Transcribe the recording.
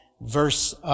Verse